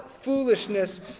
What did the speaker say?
foolishness